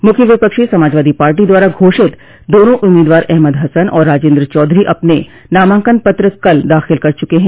मुख्य विपक्षी समाजवादी पार्टी द्वारा घोषित दोनों उम्मीदवार अहमद हसन और राजेन्द्र चौधरी अपने नामांकन पत्र कल दाख़िल कर चुके हैं